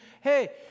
hey